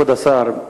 כבוד השר,